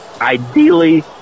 ideally